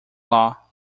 law